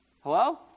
Hello